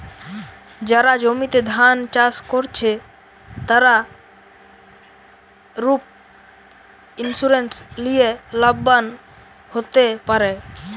যারা জমিতে ধান চাষ কোরছে, তারা ক্রপ ইন্সুরেন্স লিয়ে লাভবান হোতে পারে